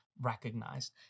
recognized